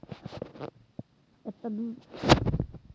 बाप रौ ओ दललबा शेयर प्रमाण पत्र दिअ क बदला पाच हजार लए लेलनि